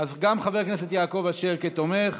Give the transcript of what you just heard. אז גם חבר הכנסת יעקב אשר כתומך.